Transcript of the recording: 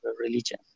religion